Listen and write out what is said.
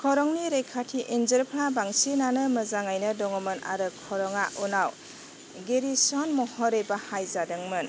खरंनि रैखाथि इन्जुरफ्रा बांसिनानो मोजाङैनो दंमोन आरो खरङा उनाव गेरिसन महरै बाहायजादोंमोन